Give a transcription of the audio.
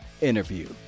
interview